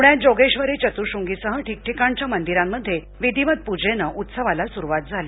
पुण्यात जोगेश्वरी चतुर्श्र्न्गीसह ठीकठिकाणच्या मंदिरांमध्ये विधिवत पूजेनं उत्सवाला सुरुवात झाली